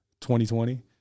2020